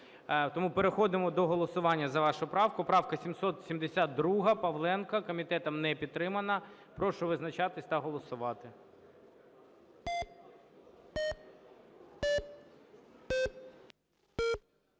Тому переходимо до голосування за вашу правку. Правка 772 Павленка. Комітетом не підтримана. Прошу визначатись та голосувати.